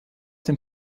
dem